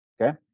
okay